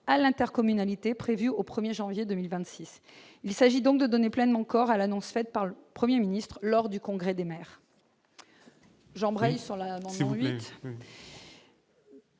à l'intercommunalité, prévu au 1 janvier 2026. Il s'agit donc de donner pleinement corps à l'annonce faite par le Premier ministre lors du congrès des maires de France.